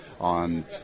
on